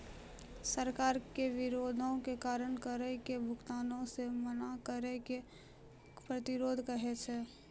सरकार के विरोध के कारण करो के भुगतानो से मना करै के कर प्रतिरोध कहै छै